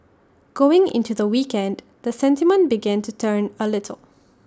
going into the weekend the sentiment begin to turn A little